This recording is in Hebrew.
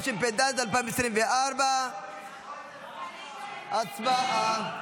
התשפ"ד 2024. הצבעה.